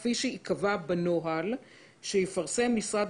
לכתוב: כפי שייקבע בנוהל שיפרסם משרד